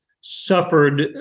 suffered